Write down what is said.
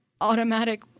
automatic